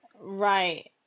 Right